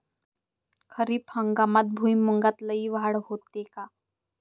खरीप हंगामात भुईमूगात लई वाढ होते का?